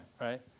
right